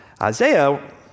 Isaiah